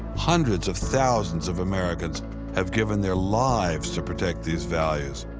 hundreds of thousands of americans have given their lives to protect these values,